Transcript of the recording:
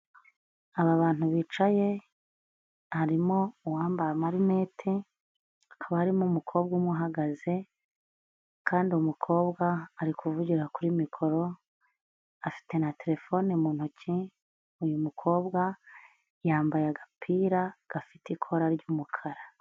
Aba bantu bicaye, harimo uwambaye amarinete, akaba harimo umukobwa umwe uhagaze, kandi umukobwa ari kuvugira kuri mikoro, afite na terefone mu ntoki, uyu mukobwa yambaye agapira gafite ikora ry'umukara.